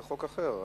זה חוק אחר.